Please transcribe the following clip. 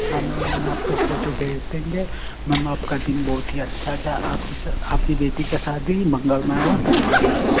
हाँ मैम आपको फ़ोटो भेज देंगे मैम आपका दिन बहुत अच्छा जा आपकी शा आपकी बेटी का शादी मंगलमय हो धन्यवाद मैम